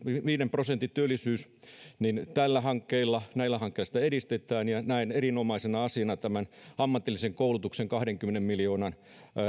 prosentin työllisyys niin näillä hankkeilla sitä edistetään ja näen erinomaisena asiana tämän ammatillisen koulutuksen kahdenkymmenen miljoonan